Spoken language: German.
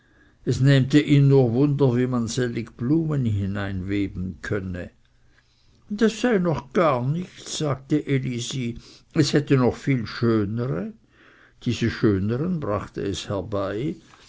es nähmte ihn nur wunder wie man sellig blumen hineinweben könnte das sei noch gar nichts sagte elisi es hätte noch viel schönere diese schönern brachte es herbei